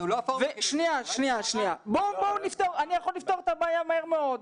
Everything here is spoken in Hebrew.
אני יכול לפתור את הבעיה מהר מאוד.